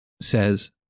says